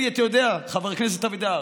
אלי, אתה יודע, חבר הכנסת אבידר,